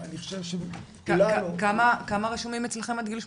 אני חושב שכולנו --- כמה רשומים אצלכם עד גיל 18?